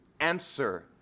answer